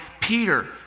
Peter